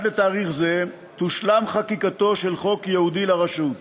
לתאריך זה תושלם חקיקתו של חוק ייעודי לרשות.